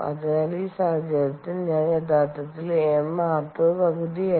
അതിനാൽ ഈ സാഹചര്യത്തിൽ ഞാൻ യഥാർത്ഥത്തിൽ M r2 പകുതിയല്ല